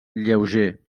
lleuger